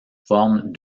forme